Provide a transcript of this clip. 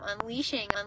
unleashing